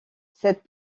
cette